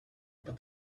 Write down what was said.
but